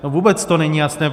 No, vůbec to není jasné.